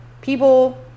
people